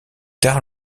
tard